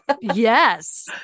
yes